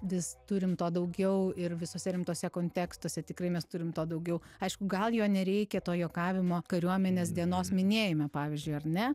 vis turim to daugiau ir visuose rimtuose kontekstuose tikrai mes turim daugiau aišku gal jo nereikia to juokavimo kariuomenės dienos minėjime pavyzdžiui ar ne